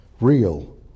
Real